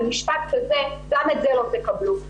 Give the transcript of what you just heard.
במשפט כזה גם את זה לא תקבלו.